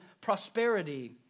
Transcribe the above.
prosperity